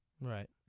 Right